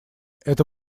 это